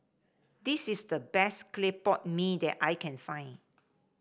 this is the best Clay Pot Mee that I can find